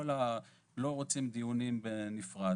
אנחנו לא רוצים להמשיך במשחק סכום אפס,